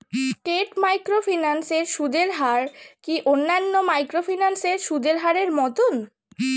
স্কেট microfinance এর সুদের হার কি অন্যান্য মাইক্রোফিন্যান্স এর সুদের হারের মতন?